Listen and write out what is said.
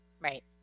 Right